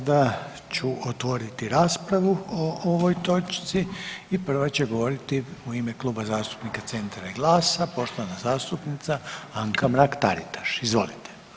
Sada ću otvoriti raspravu o ovoj točci i prva će govoriti u ime Kluba zastupnika Centra i GLAS-a poštovana zastupnica Anka Mrak-Taritaš, izvolite.